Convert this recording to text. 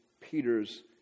Peter's